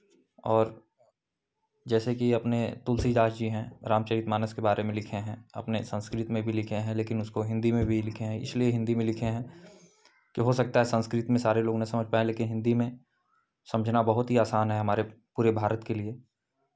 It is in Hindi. और जैसेकि अपने तुलसी दास जी हैं रामचरित मानस के बारे में लिखे हैं अपने संस्कृत में भी लिखे हैं लेकिन उसको हिन्दी में भी लिखे हैं इसलिए हिन्दी में लिखे हैं कि हो सकता है संस्कृत में सारे लोग ना समझ पाएं लेकिन हिन्दी में समझना बहुत ही आसान है हमारे पूरे भारत के लिए